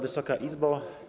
Wysoka Izbo!